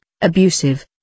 abusive